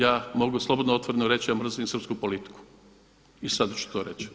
Ja mogu slobodno otvoreno reći ja mrzim srpsku politiku i sada ću to reći.